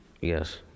Yes